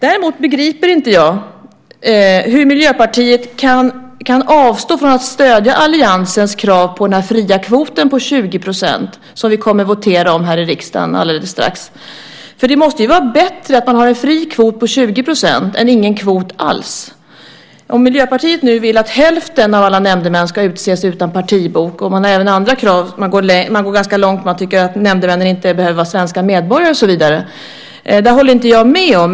Däremot begriper inte jag hur Miljöpartiet kan avstå från att stödja alliansens krav på den fria kvoten på 20 %, som vi kommer att votera om här i riksdagen alldeles strax. Det måste ju vara bättre att ha en fri kvot på 20 % än ingen kvot alls. Miljöpartiet vill nu att hälften av alla nämndemän ska utses utan partibok, och man har även andra krav. Man går ganska långt när man tycker att nämndemännen inte behöver vara svenska medborgare och så vidare. Det håller inte jag med om.